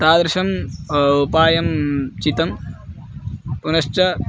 तादृशम् उपायं चितं पुनश्च